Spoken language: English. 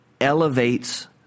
elevates